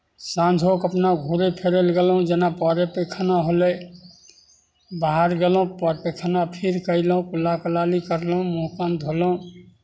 साँझोकेँ अपना घूमय फिरय लेल गेलहुँ जेना परे पैखाना होलै बाहर गेलहुँ पर पैखाना फिरि कऽ अयलहुँ कुल्ला कुलाली करलहुँ मूँह कान धोलहुँ